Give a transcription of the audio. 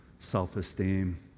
self-esteem